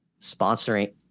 sponsoring